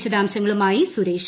വിശദാംശങ്ങളുമായി സുരേഷ്